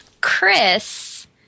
Chris